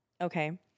Okay